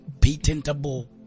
patentable